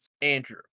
Andrew